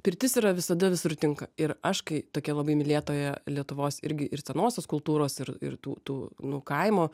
pirtis yra visada visur tinka ir aš kai tokia labai mylėtoja lietuvos irgi ir senosios kultūros ir ir tų tų nu kaimo